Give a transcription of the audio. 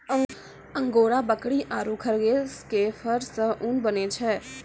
angora बकरी आरो खरगोश के फर सॅ ऊन बनै छै